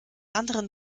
anderen